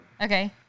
Okay